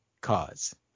cause